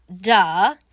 duh